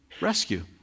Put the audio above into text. rescue